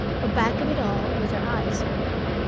but back of it all, with her eyes on me,